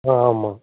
ஆ ஆமாம்